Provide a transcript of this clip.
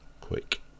quick